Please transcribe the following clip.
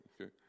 okay